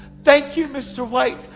thank you, mr. white,